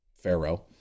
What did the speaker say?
Pharaoh